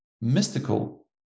mystical